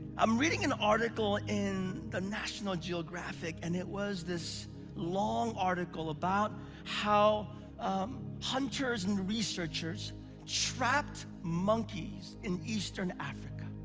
i'm reading an article in the national geographic, and it was this long article about how hunters and researchers trapped monkeys in eastern africa.